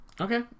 okay